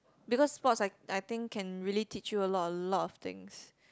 because sports I I think can really teach you a lot a lot of things